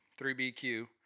3BQ